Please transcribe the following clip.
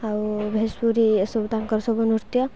ଆଉ ଭଜପୁରୀ ଏସବୁ ତାଙ୍କର ସବୁ ନୃତ୍ୟ